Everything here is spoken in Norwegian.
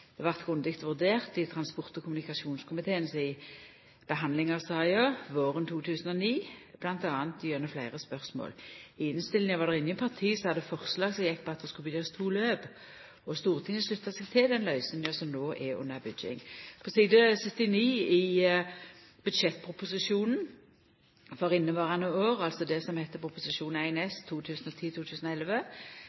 vart grundig vurdert i transport- og kommunikasjonskomiteen si behandling av saka våren 2009, bl.a. gjennom fleire spørsmål. I innstillinga var det ingen parti som hadde forslag som gjekk på at det skulle byggjast to løp, og Stortinget slutta seg til den løysinga som no er under bygging. På side 79 i busjettproposisjonen for inneverande år, altså Prop. 1 S for 2010–2011, blir det